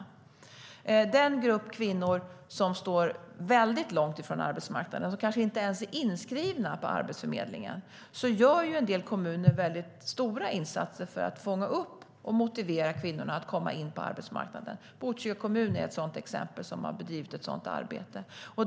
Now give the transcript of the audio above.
För den grupp kvinnor som står väldigt långt från arbetsmarknaden, kvinnor som kanske inte ens är inskrivna på Arbetsförmedlingen, gör en del kommuner väldigt stora insatser för att fånga upp och motivera dem att komma in på arbetsmarknaden. Botkyrka är ett exempel på en kommun som har bedrivit ett sådant arbete.